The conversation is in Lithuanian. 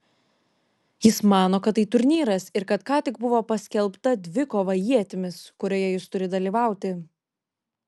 jis mano kad tai turnyras ir kad ką tik buvo paskelbta dvikova ietimis kurioje jis turi dalyvauti